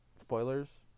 spoilers